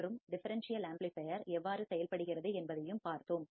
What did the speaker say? மற்றும் differential amplifier எவ்வாறு செயல்படுகிறது என்பதையும் பார்த்தோம்